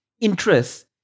interest